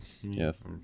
Yes